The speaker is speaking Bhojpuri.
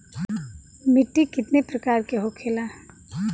मिट्टी कितने प्रकार के होखेला?